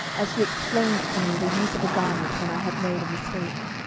as she explained to me the use of a garment when i had made a mistake.